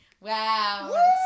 wow